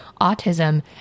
autism